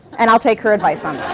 and i'll take her advice on